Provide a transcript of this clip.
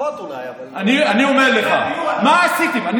פחות אולי, אבל, מחירי הדיור עלו.